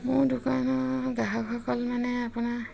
মোৰ দোকানৰ গ্ৰাহকসকল মানে আপোনাৰ